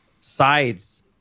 sides